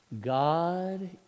God